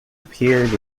appeared